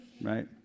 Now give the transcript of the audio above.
Right